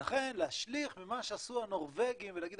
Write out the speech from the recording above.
ולכן להשליך ממה שעשו הנורבגים ולהגיד